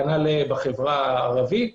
כנ"ל בחברה הערבית.